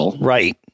Right